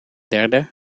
derde